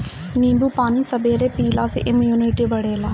नींबू पानी सबेरे पियला से इमुनिटी बढ़ेला